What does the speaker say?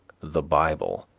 the bible,